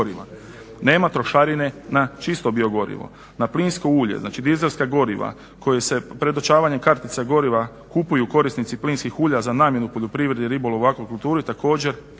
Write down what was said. Nema trošarine na čisto biogorivo, na plinsko ulje, znači dizelska goriva koja se predočavanjem kartica goriva kupuju korisnici plinskih ulja za namjenu poljoprivrede, ribolova, akvakulturu i također